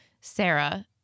Sarah